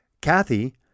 Kathy